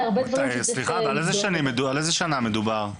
סליחה, על איזה שנה מדובר?